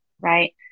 right